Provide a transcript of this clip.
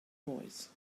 noise